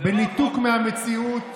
בניתוק מהמציאות,